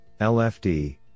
LFD